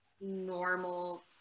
normal